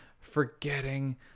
forgetting